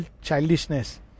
childishness